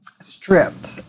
stripped